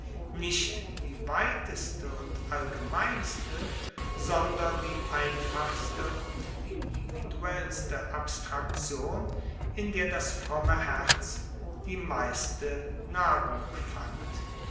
nicht die weiteste und allgemeinste sondern die einfachste und individuellste abstraktion in der das fromme herz die meiste nahrung fand